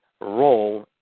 role